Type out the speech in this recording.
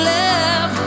love